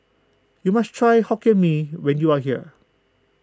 you must try Hokkien Mee when you are here